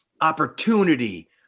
opportunity